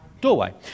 doorway